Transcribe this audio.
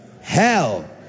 hell